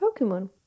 Pokemon